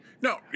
No